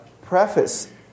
preface